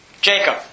Jacob